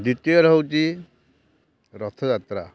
ଦ୍ୱିତୀୟରେ ହେଉଛି ରଥଯାତ୍ରା